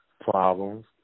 problems